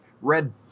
red